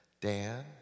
Dan